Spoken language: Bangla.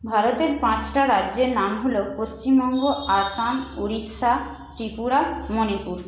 ভারতের পাঁচটা রাজ্যের নাম হলো পশ্চিমবঙ্গ আসাম উড়িষ্যা ত্রিপুরা মণিপুর